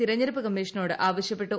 തെരഞ്ഞെടുപ്പ് കമ്മീഷനോട് ആവശ്യപ്പെട്ടു